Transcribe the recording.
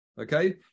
Okay